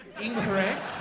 Incorrect